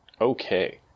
Okay